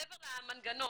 מעבר למנגנון,